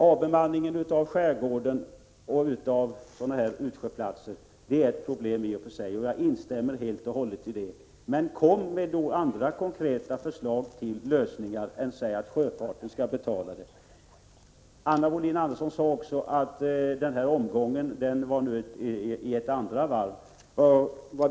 Avbemanningen av skärgården och utsjöplatser är ett problem — jag instämmer helt och hållet i det. Men kom då med andra konkreta förslag till lösningar än att säga att sjöfarten skall betala det! Anna Wohlin-Andersson sade också att den andra omgången var klar.